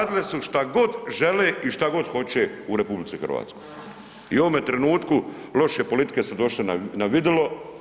Radile su šta god žele i šta god hoće u RH i u ovome trenutku loše politike su došle na vidilo.